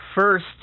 First